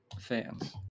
fans